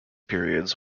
periods